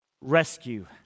Rescue